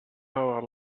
power